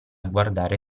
guardare